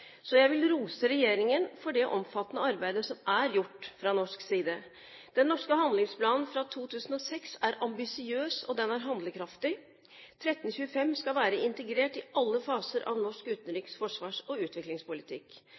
Så jeg vil rose regjeringen for det omfattende arbeidet som er gjort fra norsk side. Den norske handlingsplanen fra 2006 er ambisiøs, og den er handlekraftig. 1325 skal være integrert i alle faser av norsk utenriks-, forsvars- og utviklingspolitikk.